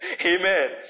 Amen